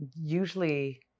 usually